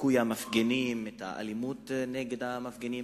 דיכוי המפגנים והאלימות נגד המפגינים,